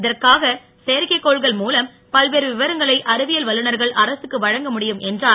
இதற்காக செயற்கைக்கோள்கள் மூலம் பல்வேறு விவரங்களை அறிவியல் வல்லுநர்கள் அரசுக்கு வழங்க முடியும் என்றார்